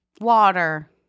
Water